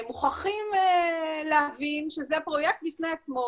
מוכרחים להבין שזה פרויקט בפני עצמו,